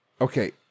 Okay